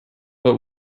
but